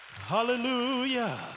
Hallelujah